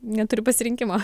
neturi pasirinkimo